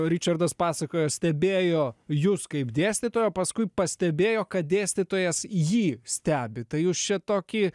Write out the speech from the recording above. ričardas pasakoja stebėjo jus kaip dėstytoją paskui pastebėjo kad dėstytojas jį stebi tai jūs čia tokį